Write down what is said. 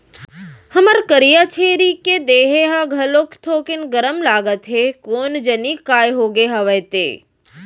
हमर करिया छेरी के देहे ह घलोक थोकिन गरम लागत हे कोन जनी काय होगे हवय ते?